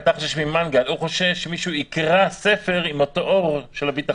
אתה חושש ממנגל והוא חושש שמישהו יקרא ספר עם אותו אור של הביטחון.